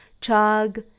Chug